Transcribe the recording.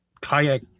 kayak